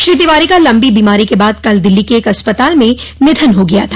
श्री तिवारी का लम्बी बीमारी के बाद कल दिल्ली के एक अस्पताल में निधन हो गया था